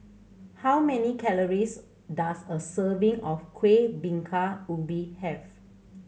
how many calories does a serving of Kuih Bingka Ubi have